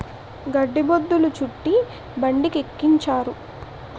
గడ్డి బొద్ధులు చుట్టి బండికెక్కించారు